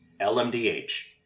LMDH